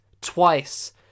twice